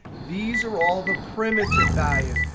these are all the primitive values.